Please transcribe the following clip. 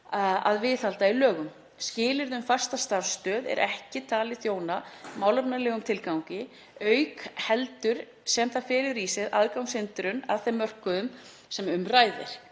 að viðhalda í lögum. Skilyrði um fasta starfsstöð er ekki talið þjóna málefnalegum tilgangi, auk heldur sem það felur í sér aðgangshindrun að þeim mörkum sem um ræðir.